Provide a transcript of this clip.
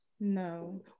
no